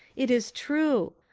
it is troo.